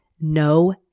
no